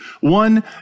One